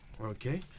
Okay